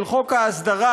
של חוק ההסדרה,